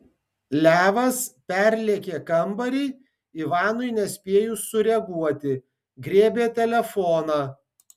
levas perlėkė kambarį ivanui nespėjus sureaguoti griebė telefoną